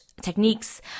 techniques